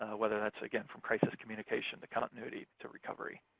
whether that's, again, from crisis communication, the continuity, to recovery.